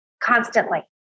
constantly